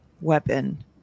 weapon